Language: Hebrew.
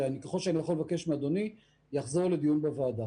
ואני יכול לבקש מאדוני שזה יחזור לדיון בוועדה.